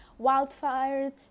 wildfires